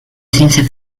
ciencia